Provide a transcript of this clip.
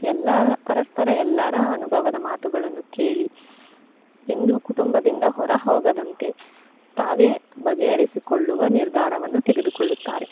ಎಲ್ಲರ ಪರಸ್ಪರ ಎಲ್ಲರ ಅನುಭವದ ಮಾತುಗಳನ್ನು ಕೇಳಿ ಎಂದು ಕುಟುಂಬದಿಂದ ಹೊರಹೋಗದಂತೆ ತಾವೇ ಬಗೆಹರಿಸಿಕೊಳ್ಳುವ ನಿರ್ಧಾರವನ್ನು ತೆಗೆದುಕೊಳ್ಳುತ್ತಾರೆ